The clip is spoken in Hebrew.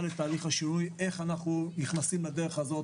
לתהליך השינוי זה איך אנחנו נכנסים לדרך הזו,